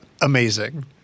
Amazing